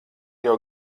jau